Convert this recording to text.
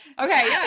Okay